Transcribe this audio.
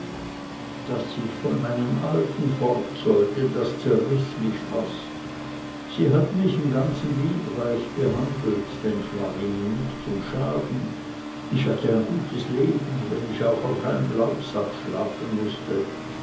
daß ich von meinen alten fort sollte das zerriß mich fast sie hatten mich im ganzen liebreich behandelt denn ich war ihnen nicht zum schaden ich hatte ein gutes leben wenn ich auch auf einem laubsack schlafen mußte